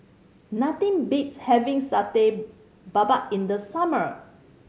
nothing beats having Satay Babat in the summer